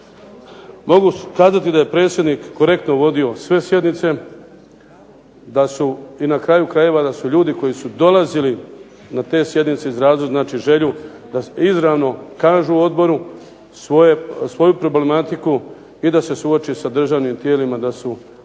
Mogu kazati da je predsjednik korektno vodio sve sjednice, da su, i na kraju krajeva da su ljudi koji su dolazili na te sjednice izrazili znači želju da izravno kažu odboru svoju problematiku i da se suoči sa državnim tijelima da su odlazili